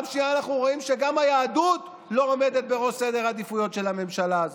אנחנו גם רואים שהיהדות לא עומדת בראש סדר העדיפויות של הממשלה הזאת.